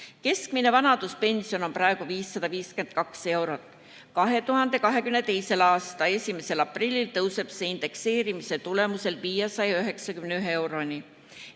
Keskmine vanaduspension on praegu 552 eurot. 2022. aasta 1. aprillil tõuseb see indekseerimise tulemusel 591 euroni.